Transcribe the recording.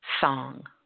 song